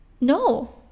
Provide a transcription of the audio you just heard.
no